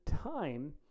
time